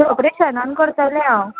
कॉपरेशनान करतलें हांव